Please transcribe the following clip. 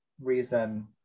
reason